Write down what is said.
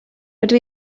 rydw